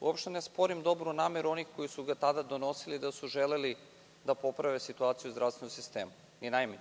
opšte ne sporim dobru nameru onih koji su ga tada donosili da su želeli da poprave situaciju u zdravstvenom sistemu, ni najmanje.